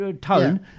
tone